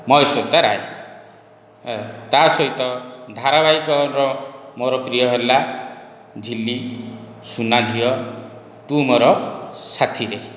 ମହେଶ୍ୱତା ରାଏ ତାହା ସହିତ ଧାରାବାହିକର ମୋର ପ୍ରିୟ ହେଲା ଝିଲ୍ଲୀ ସୁନା ଝିଅ ତୁ ମୋର ସାଥିରେ